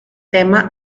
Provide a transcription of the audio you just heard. tema